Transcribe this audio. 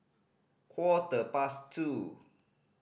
quarter past two